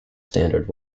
standard